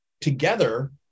Together